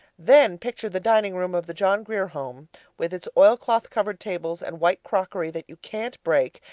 then picture the dining-room of the john grier home with its oilcloth-covered tables, and white crockery that you can't break,